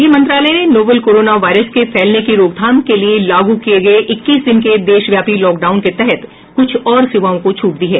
ग्रह मंत्रालय ने नोवल कोरोना वायरस के फैलने की रोकथाम के लिए लागू किए गए इक्कीस दिन के देशव्यापी लॉकडाउन के तहत कुछ और सेवाओं को छूट दी है